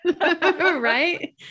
right